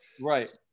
Right